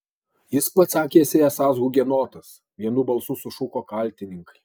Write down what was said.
jis pats sakėsi esąs hugenotas vienu balsu sušuko kaltininkai